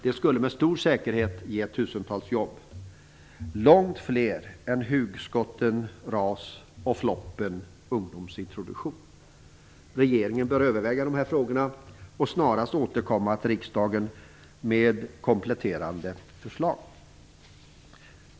Det skulle med stor säkerhet ge tusentals jobb - långt fler än hugskottet Regeringen bör överväga dessa frågor och snarast återkomma till riksdagen med kompletterande förslag.